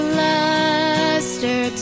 luster